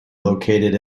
located